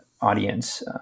audience